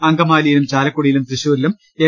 അങ്കമാലിയിലും ചാലക്കുടിയിലും തൃശൂരിലും എൽ